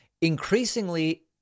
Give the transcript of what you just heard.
Increasingly